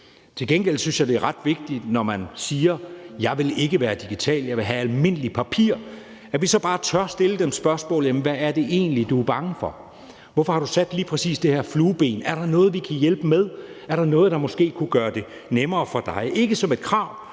Til gengæld synes jeg, det er ret vigtigt, når man siger, at man ikke vil være digital, men vil have almindeligt papir, at vi så bare tør stille spørgsmålet: Hvad er det egentlig, du er bange for? Hvorfor har du sat lige præcis det her flueben? Er der noget, vi kan hjælpe med? Er der noget, der måske kunne gøre det nemmere for dig? Det skal